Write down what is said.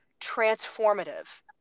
transformative